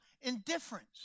indifference